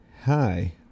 hi